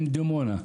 עם דימונה,